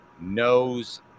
knows